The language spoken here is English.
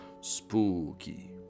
Spooky